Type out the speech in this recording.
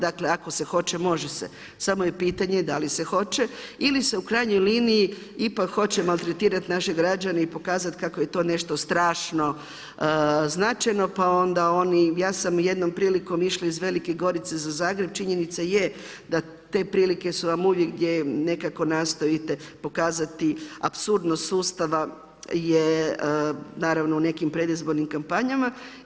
Dakle, ako se hoće može se, samo je pitanje da li se hoće ili se u krajnjoj liniji, ipak hoće maltretirati naše građane i pokazati kako je to nešto strašno značajno, pa onda oni, ja sam jednom prilikom išla iz Velike Gorice za Zagreb, činjenica je da te prilike su vam uvijek, gdje nekako nastojite pokazati apsurdnost sustava, je naravno u nekim predizbornim kampanjama.